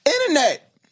internet